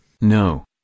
No